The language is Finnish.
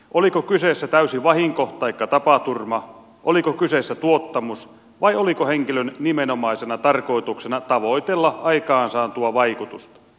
oliko kyseessä täysi vahinko taikka tapaturma oliko kyseessä tuottamus vai oliko henkilön nimenomaisena tarkoituksena tavoitella aikaansaatua vaikutusta